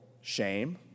shame